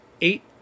eight